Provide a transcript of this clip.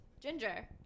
ginger